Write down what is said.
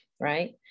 right